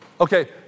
Okay